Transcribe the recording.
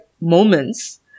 moments